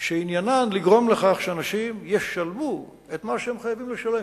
שעניינן לגרום לכך שאנשים ישלמו את מה שהם חייבים לשלם,